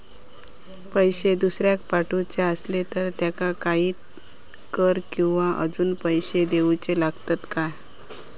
पैशे दुसऱ्याक पाठवूचे आसले तर त्याका काही कर किवा अजून पैशे देऊचे लागतत काय?